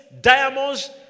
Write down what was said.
diamonds